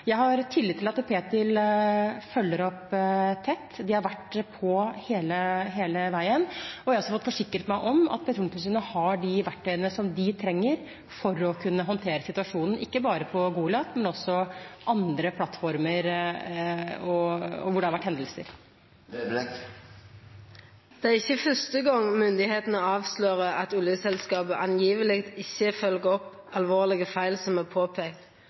tillit til at Ptil følger opp tett. De har vært på hele veien, og jeg har også forsikret meg om at Petroleumstilsynet har de verktøyene de trenger for å kunne håndtere situasjonen, ikke bare på Goliat, men også på andre plattformer hvor det har vært hendelser. Det er ikkje fyrste gongen myndigheitene avslører at oljeselskapet tilsynelatande ikkje følgjer opp alvorlege feil som er